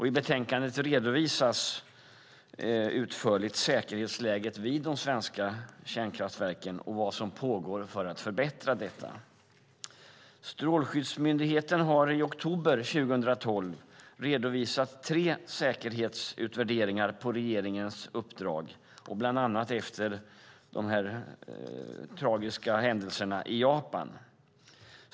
I betänkandet redovisas utförligt säkerhetsläget vid de svenska kärnkraftverken och vad som pågår för att förbättra detta. Strålsäkerhetsmyndigheten har i oktober 2012 redovisat tre säkerhetsutvärderingar på regeringens uppdrag, bland annat efter de tragiska händelserna i Japan.